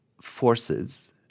forces